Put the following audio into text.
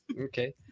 okay